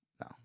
no